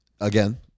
again